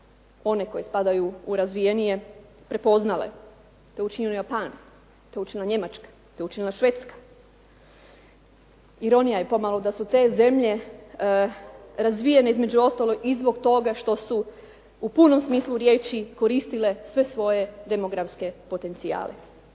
one koje spadaju u razvijenije prepoznale. To je učinio Japan, to je učinila Švedska, to je učinila Njemačka. Ironija je pomalo da su te zemlje razvijene između ostalog i zbog toga što su u punom smislu riječi koristile sve svoje demografske potencijale.